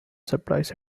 supplies